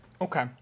Okay